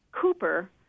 Cooper